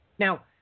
Now